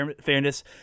fairness